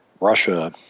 Russia